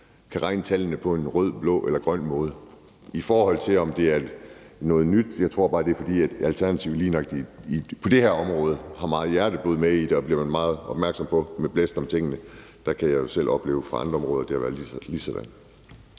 kan regne tallene på en rød, blå eller grøn måde. I forhold til om det er noget nyt, tror jeg, det bare er, fordi Alternativet lige nøjagtig på det her område har meget hjerteblod med i det og derfor er blevet meget opmærksom på det, også med blæst om tingene. Jeg har selv oplevet på andre områder, at det har været ligesådan.